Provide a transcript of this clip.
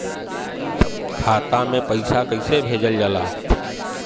खाता में पैसा कैसे भेजल जाला?